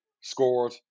scored